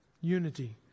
Unity